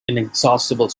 inexhaustible